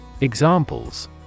Examples